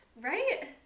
Right